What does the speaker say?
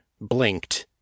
blinked